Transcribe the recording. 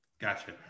gotcha